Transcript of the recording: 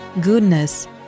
goodness